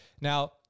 Now